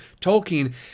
Tolkien